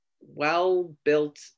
well-built